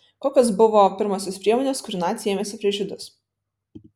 kokios buvo pirmosios priemonės kurių naciai ėmėsi prieš žydus